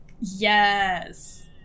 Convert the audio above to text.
Yes